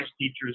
teachers